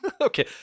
Okay